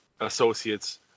associates